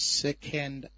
second